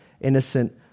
innocent